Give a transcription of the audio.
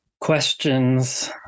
questions